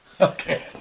Okay